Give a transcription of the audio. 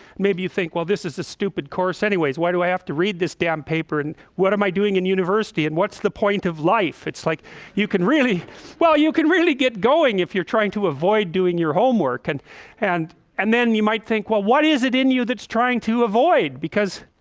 maybe you think well, this is a stupid course anyways, why do i have to read this damn paper? and what am i doing in university? and what's the point of life? it's like you can really well you can really get going if you're trying to avoid doing your homework and and and then you might think well what is it in you that's trying to avoid because